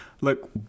Look